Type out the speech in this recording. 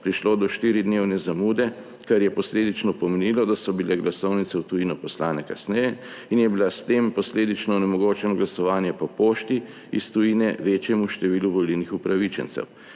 prišlo do štiridnevne zamude, kar je posledično pomenilo, da so bile glasovnice v tujino poslane kasneje in je bila s tem posledično onemogočeno glasovanje po pošti iz tujine večjemu številu volilnih upravičencev,